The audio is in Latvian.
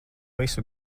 visu